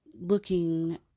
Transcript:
looking